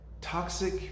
toxic